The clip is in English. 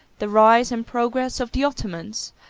the rise and progress of the ottomans,